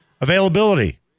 Availability